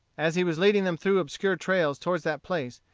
as he was leading them through obscure trails toward that place,